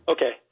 Okay